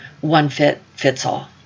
one-fit-fits-all